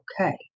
okay